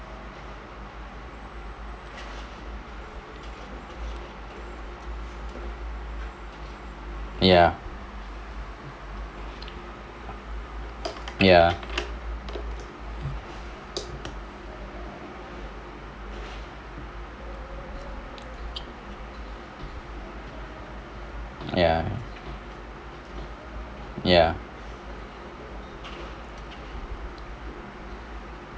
ya ya ya ya